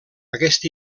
aquest